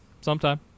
Sometime